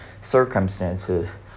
circumstances